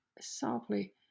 softly